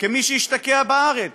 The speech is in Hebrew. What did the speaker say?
כמי שהשתקע בארץ,